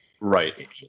Right